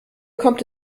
kommt